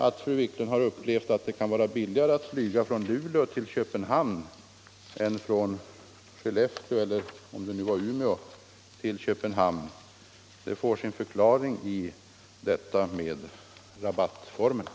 Att fru Wiklund har upplevt att det kan vara billigare att flyga från Luleå till Köpenhamn än från Skellefteå — eller om det nu var Umeå -— till Köpenhamn, får alltså sin förklaring i detta med rabattformerna.